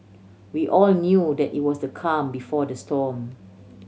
we all knew that it was the calm before the storm